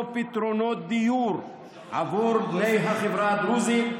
פתרונות דיור בעבור בני החברה הדרוזית,